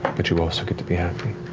but you also get to be happy.